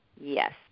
yes